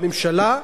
הממשלה,